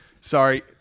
Sorry